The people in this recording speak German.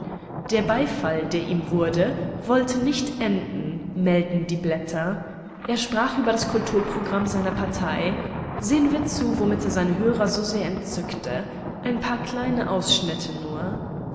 der beifall der ihm wurde wollte nicht enden melden die blätter er sprach über das kulturprogramm seiner partei sehen wir zu womit er seine hörer so sehr entzückte ein paar kleine ausschnitte nur